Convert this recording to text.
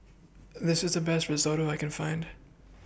This IS The Best Risotto I Can Find